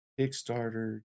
Kickstarter